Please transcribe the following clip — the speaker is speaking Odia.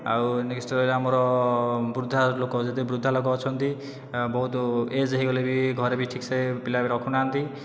ଆଉ ନେକ୍ସଟ ରହିଲା ଆମର ବୃଦ୍ଧା ଲୋକ ଯେତିକ ବୃଦ୍ଧା ଲୋକ ଅଛନ୍ତି ବହୁତ ଏଜ୍ ହୋଇଗଲେ ବି ଘରେବି ଠିକ ସେ ପିଲା ବି ରଖୁନାହାନ୍ତି